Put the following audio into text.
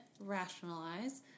rationalize